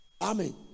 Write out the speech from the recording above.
Amen